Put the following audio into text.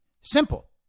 Simple